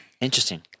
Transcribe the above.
Interesting